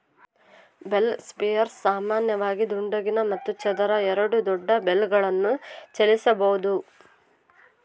bale spears ಸಾಮಾನ್ಯವಾಗಿ ದುಂಡಗಿನ ಮತ್ತು ಚದರ ಎರಡೂ ದೊಡ್ಡ ಬೇಲ್ಗಳನ್ನು ಚಲಿಸಬೋದು